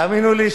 תאמינו לי,